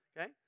Okay